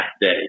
day